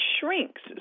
shrinks